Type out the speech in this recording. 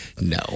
No